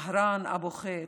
מהראן אבו חיט,